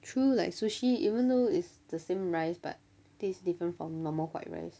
true like sushi even though it's the same rice but tastes different from normal white rice